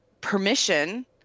permission